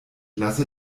lasse